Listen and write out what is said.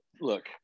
look